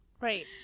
Right